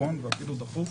נכון ואפילו דחוף,